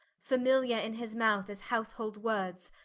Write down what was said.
familiar in his mouth as household words,